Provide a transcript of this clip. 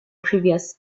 previous